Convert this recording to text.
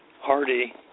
hardy